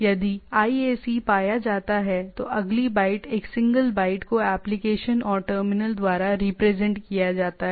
यदि IAC पाया जाता है तो अगली बाइट एक सिंगल बाइट को एप्लीकेशन और टर्मिनल द्वारा रिप्रेजेंट किया जाता है